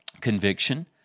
conviction